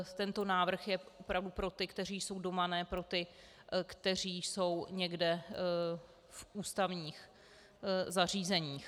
Tento návrh je opravdu pro ty, kteří jsou doma, ne pro ty, kteří jsou někde v ústavních zařízeních.